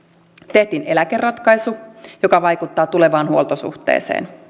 tehtiin eläkeratkaisu joka vaikuttaa tulevaan huoltosuhteeseen